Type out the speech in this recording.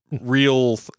real